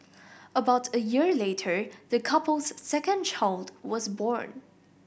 about a year later the couple's second child was born